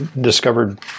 discovered